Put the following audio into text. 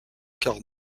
car